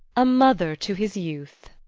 a mother to his youth.